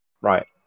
Right